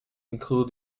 include